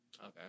okay